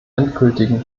endgültigen